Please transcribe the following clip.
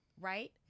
Right